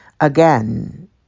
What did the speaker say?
again